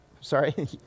sorry